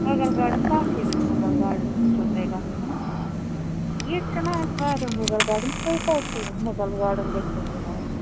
Mughal garden کٔتھ ہِوِس Mughal gardens منٛز چھُو تۅہہِ گژھُن ییٚتہِ چھُنا اَسہِ واریاہ مُغل گارڈن تُہۍ کتھ مُغل گارڈن گژھِو وۅنۍ اَز